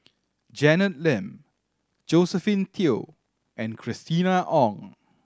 Janet Lim Josephine Teo and Christina Ong